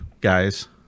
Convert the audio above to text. guys